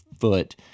foot